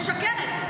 משקרת,